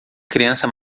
criança